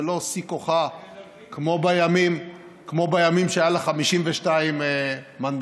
זה לא שיא כוחה כמו בימים שהיו לה 52 מנדטים,